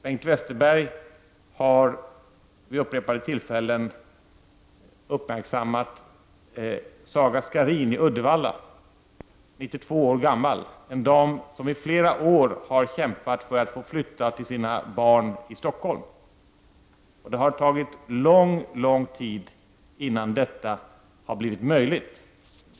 Bengt Westerberg har vid upprepade tillfällen uppmärksammat Saga Skarin i Uddevalla, en 92 år gammal dam, som i flera år har kämpat för att få flytta till sina barn i Stockholm. Det har tagit lång tid innan detta har blivit möjligt.